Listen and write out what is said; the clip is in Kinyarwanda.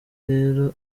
rero